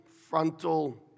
frontal